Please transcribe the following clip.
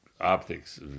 optics